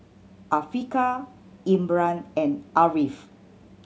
Afiqah Imran and Ariff